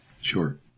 Sure